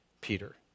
Peter